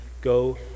go